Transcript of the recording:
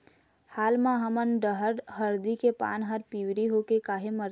हाल मा हमर डहर हरदी के पान हर पिवरी होके काहे मरथे?